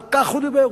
על כך הוא דיבר.